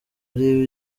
ari